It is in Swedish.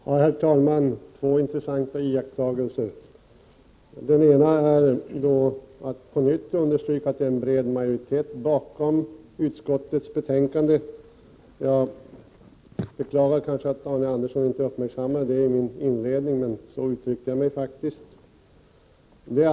Herr talman! Jag vill först på nytt understryka att en bred majoritet står bakom utskottets hemställan. Jag beklagar att Arne Andersson i Ljung inte uppmärksammade detta i min inledning, men jag uttryckte mig faktiskt så.